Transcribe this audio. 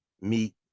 meet